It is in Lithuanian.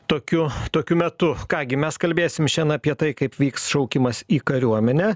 tokiu tokiu metu ką gi mes kalbėsim šian apie tai kaip vyks šaukimas į kariuomenę